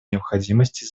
необходимости